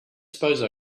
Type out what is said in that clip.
suppose